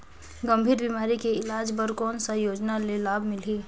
गंभीर बीमारी के इलाज बर कौन सा योजना ले लाभ मिलही?